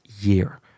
year